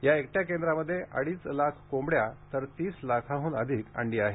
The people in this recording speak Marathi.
या एकट्या केंद्रामध्ये अडीच लाख कोंबड्या तर तीस लाखांहून अधिक अंडी आहेत